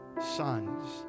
sons